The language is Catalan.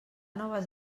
noves